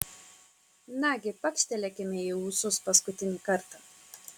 nagi pakštelėkime į ūsus paskutinį kartą